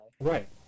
Right